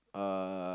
uh